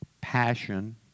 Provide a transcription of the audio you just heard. passion